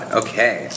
okay